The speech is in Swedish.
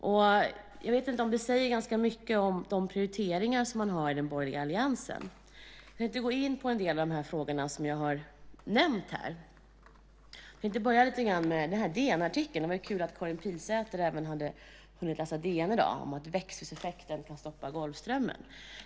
Det säger nog ganska mycket om de prioriteringar som man har i den borgerliga alliansen. Jag tänkte gå in på en del av de frågor som jag har nämnt här. Jag ska börja med den här DN-artikeln. Det var ju kul att även Karin Pilsäter hade hunnit läsa DN i dag. Artikeln handlar om att växthuseffekten kan stoppa golfströmmen.